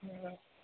हा